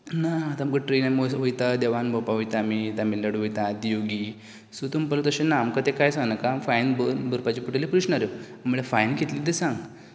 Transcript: ना आतां आमकां ट्रेन आमी अशे वयता देवाक भोंवपाक वयता आमी तामिळनाडू वयता आदियागी सो तो म्हणपाक लागलो तशे ना आमकां तें कांय सांगनाका आम फायन भर भरपाची पडटली पोलीस स्टेशनार यो म्हणलें फायन कितली ती सांग